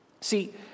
See